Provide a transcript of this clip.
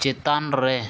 ᱪᱮᱛᱟᱱ ᱨᱮ